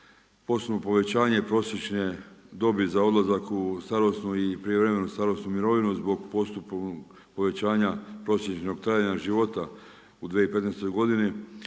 postupno povećanje prosječne dobi za odlazak u starosnu i prijevremenu strasnu mirovinu zbog postupnog povećanja prosječnog trajanja života. U 2015. godini